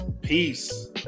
peace